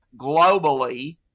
globally